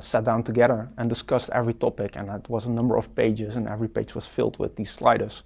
sat down together and discussed every topic, and that was a number of pages and every page was filled with these sliders.